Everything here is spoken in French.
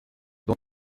dont